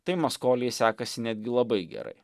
tai maskolijai sekasi netgi labai gerai